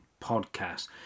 podcast